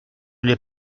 n’est